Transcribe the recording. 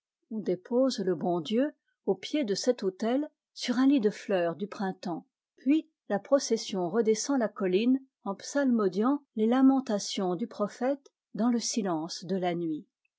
on dépose le bon dieu au pied de cet autel sur un lit de fleurs du printemps puis la procession redescend la colline en psalmodiant les lamentations du prophète dans le silence de la nuit